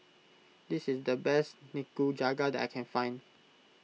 this is the best Nikujaga that I can find